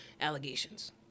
allegations